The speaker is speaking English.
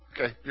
Okay